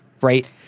right